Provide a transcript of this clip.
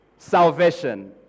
salvation